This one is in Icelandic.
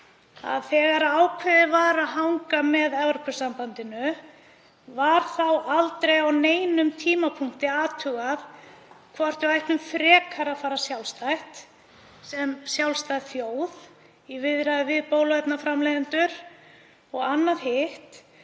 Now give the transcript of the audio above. Þegar ákveðið var að hanga með Evrópusambandinu var þá aldrei á neinum tímapunkti athugað hvort við ættum frekar að fara sjálfstætt, sem sjálfstæð þjóð, í viðræður við bóluefnaframleiðendur? Og hitt: